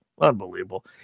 Unbelievable